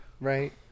Right